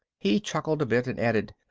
he chuckled a bit and added,